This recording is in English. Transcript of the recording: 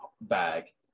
bag